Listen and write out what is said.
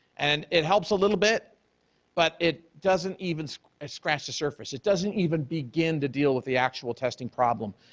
and it helps a little bit but it doesn't even so scratch the surface, it doesn't even begin to deal with the actual testing problem.